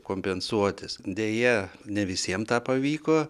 kompensuotis deja ne visiem tą pavyko